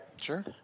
Sure